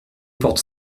porte